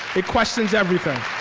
it questions everything.